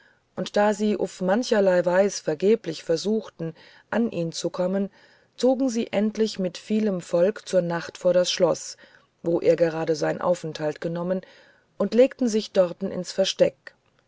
und da sy uf mancherlei weis vergeblich versucht an jn zu kommen zogend sy endlich mit vilem volk zu nacht vor das schloß wo er grad seyn auffhalt genommen und legten sich dorten ins versteck